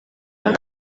ako